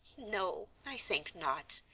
no, i think not.